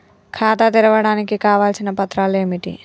ఖాతా తెరవడానికి కావలసిన పత్రాలు ఏమిటి?